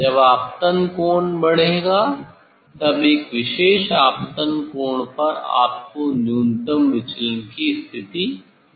जब आपतन कोण बढ़ेगा तब एक विशेष आपतन कोण पर आपको न्यूनतम विचलन की स्थिति मिलेगी